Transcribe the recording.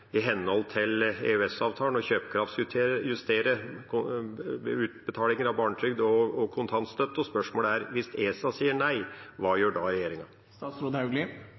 i henhold til EØS-avtalen å kjøpekraftsjustere utbetalinger av barnetrygd og kontantstøtte, og spørsmålet er: Hvis ESA sier nei, hva gjør regjeringen da?